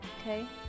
okay